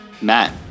Matt